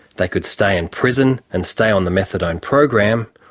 they could stay in prison and stay on the methadone program,